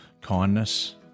kindness